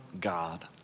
God